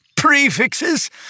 Prefixes